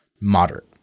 moderate